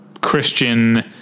christian